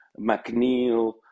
McNeil